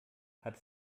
hat